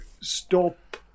stop